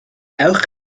ewch